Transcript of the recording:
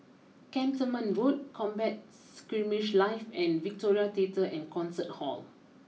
Cantonment Road Combat Skirmish Live and Victoria Theatre and Concert Hall